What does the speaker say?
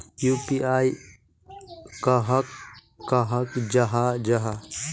UPI कहाक कहाल जाहा जाहा?